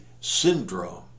syndrome